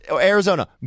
Arizona